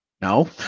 No